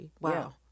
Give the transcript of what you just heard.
wow